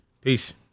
Peace